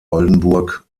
oldenburg